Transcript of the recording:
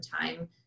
time